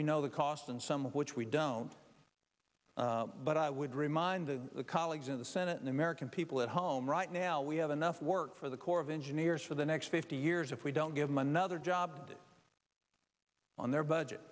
we know the cost and some of which we don't but i would remind the colleagues in the senate in american people at home right now we have enough work for the corps of engineers for the next fifty years if we don't give my nother job on their budget